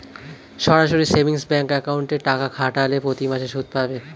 সরাসরি savings bank অ্যাকাউন্টে টাকা খাটালে প্রতিমাসে সুদ পাবে